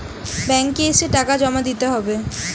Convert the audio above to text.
Bank এ এসে টাকা জমা দিতে হবে?